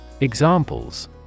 Examples